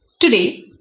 Today